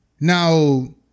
Now